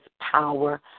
power